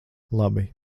labi